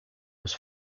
was